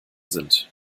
sind